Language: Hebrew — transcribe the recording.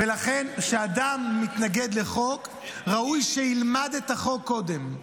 ולכן כשאדם מתנגד לחוק, ראוי שילמד את החוק קודם.